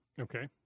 Okay